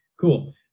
cool